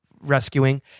rescuing